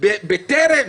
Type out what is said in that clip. בטרם